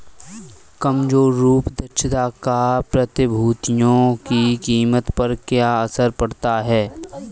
कमजोर रूप दक्षता का प्रतिभूतियों की कीमत पर क्या असर पड़ता है?